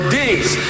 days